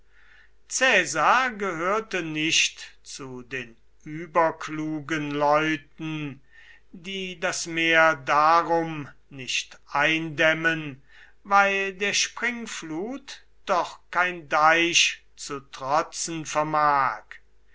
gehörte nicht zu den überklugen leuten die das meer darum nicht eindämmen weil der springflut doch kein deich zu trotzen vermag